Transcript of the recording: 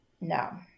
No